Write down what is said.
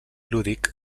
lúdic